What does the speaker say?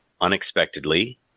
unexpectedly